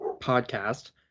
podcast